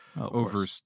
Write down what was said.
Over